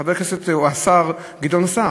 חבר הכנסת והשר גדעון סער.